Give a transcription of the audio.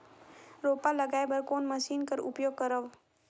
रोपा लगाय बर कोन मशीन कर उपयोग करव?